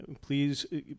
Please